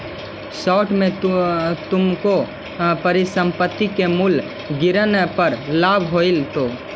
short में तुमको परिसंपत्ति के मूल्य गिरन पर लाभ होईतो